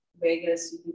Vegas